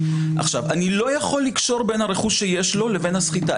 אני לא יכול לקשור בין הרכוש שיש לו לבין הסחיטה.